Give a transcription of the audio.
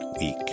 week